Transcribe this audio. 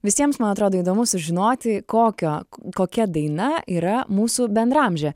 visiems man atrodo įdomu sužinoti kokio kokia daina yra mūsų bendraamžė